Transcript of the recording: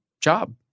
job